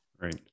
Right